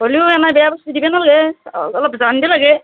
হলিও এংকে বেয়া বস্তু দিবা নাল্গে অলপ জান্বা লাগে